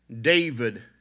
David